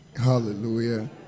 Hallelujah